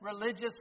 religious